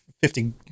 fifty